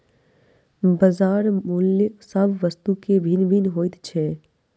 बजार मूल्य सभ वस्तु के भिन्न भिन्न होइत छै